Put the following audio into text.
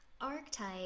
Archetype